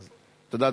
תודה,